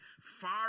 far